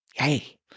Yay